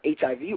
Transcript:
HIV